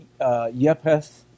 Yepeth